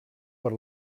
per